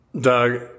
Doug